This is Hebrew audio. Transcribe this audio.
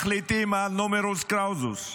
מחליטים על נומרוס קלאוזוס,